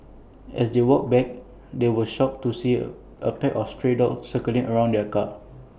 as they walked back they were shocked to see A pack of stray dogs circling around the car